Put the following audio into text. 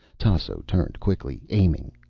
tasso turned quickly, aiming.